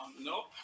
Nope